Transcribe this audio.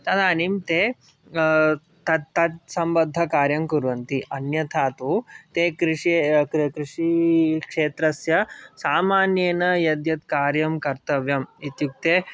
तदानीं ते तत्तत् सम्बद्धकार्यं कुर्वन्ति अन्यथा तु ते कृषिक्षेत्रस्य सामान्येन यद्यत् कार्यं कर्तव्यम् इत्युक्ते